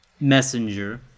messenger